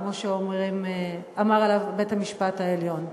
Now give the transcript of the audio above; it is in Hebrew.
כמו שאמר עליו בית-המשפט העליון.